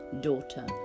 daughter